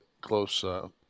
close